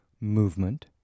movement